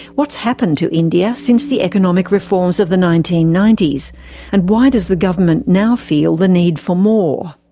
what's happened to india since the economic reforms of the nineteen ninety s and why does the government now feel the need for more?